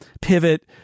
pivot